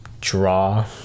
draw